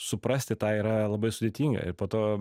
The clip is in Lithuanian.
suprasti tą yra labai sudėtinga ir po to